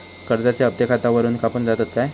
कर्जाचे हप्ते खातावरून कापून जातत काय?